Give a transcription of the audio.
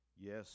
Yes